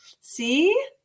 See